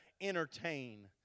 entertain